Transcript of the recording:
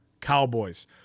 Cowboys